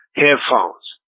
headphones